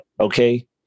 Okay